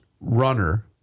runner